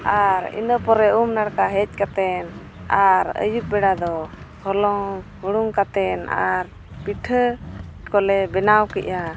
ᱟᱨ ᱤᱱᱟᱹ ᱯᱚᱨᱮ ᱩᱢᱼᱱᱟᱲᱠᱟ ᱦᱮᱡ ᱠᱟᱛᱮᱫ ᱟᱨ ᱟᱹᱭᱩᱵ ᱵᱮᱲᱟ ᱫᱚ ᱦᱚᱞᱚᱝ ᱦᱩᱲᱩᱝ ᱠᱟᱛᱮᱫ ᱟᱨ ᱯᱤᱴᱷᱟᱹ ᱠᱚᱞᱮ ᱵᱮᱱᱟᱣ ᱠᱮᱫᱼᱟ